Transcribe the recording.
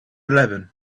eleven